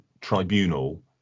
tribunal